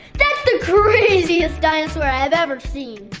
that's the craziest dinosaur i've ever seen!